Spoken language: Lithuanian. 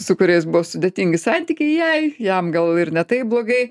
su kuriais buvo sudėtingi santykiai jai jam gal ir ne taip blogai